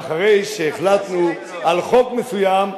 ואחרי שהחלטנו על חוק מסוים,